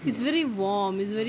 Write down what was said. it's very warm it's very